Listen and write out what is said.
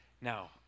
Now